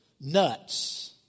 nuts